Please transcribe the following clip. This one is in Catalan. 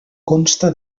consta